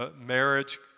marriage